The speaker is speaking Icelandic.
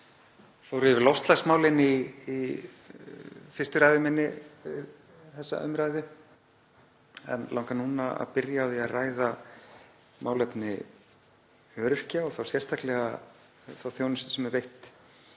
fór yfir loftslagsmálin í fyrstu ræðu minni við þessa umræðu. Mig langar núna að byrja á því að ræða málefni öryrkja og þá sérstaklega þá þjónustu sem er veitt